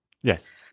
Yes